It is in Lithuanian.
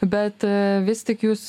bet vis tik jūs